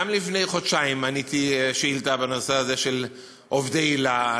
גם לפני חודשיים עניתי על שאילתה בנושא הזה של עובדי היל"ה,